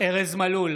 ארז מלול,